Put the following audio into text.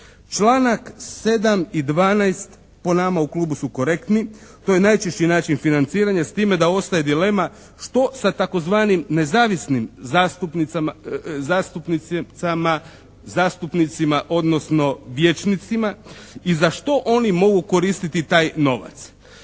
Članak 7. i 12. po nama u klubu su korektni, to je najčešći način financiranja s time da ostaje dilema što sa tzv. nezavisnim zastupnicima, odnosno vijećnicima i za što oni mogu koristiti taj novac.